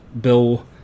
Bill